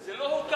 זה לא הוקם.